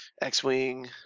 X-Wing